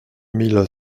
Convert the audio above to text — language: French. mille